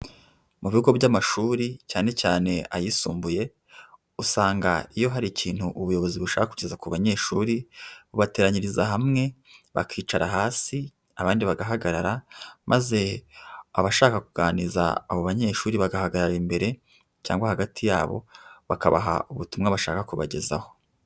Mu bigo by'amashuri cyane cyane ayisumbuye, usanga iyo hari ikintu ubuyobozi bushaka kugeza ku banyeshuri, bubateranyiriza hamwe bakicara hasi abandi bagahagarara maze abashaka kuganiza abo banyeshuri bagahagarara imbere cyangwa hagati yabo bakabaha ubutumwa bashaka kubagezaho.